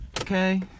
Okay